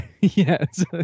Yes